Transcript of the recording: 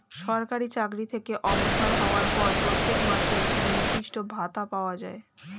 সরকারি চাকরি থেকে অবসর হওয়ার পর প্রত্যেক মাসে একটি নির্দিষ্ট ভাতা পাওয়া যায়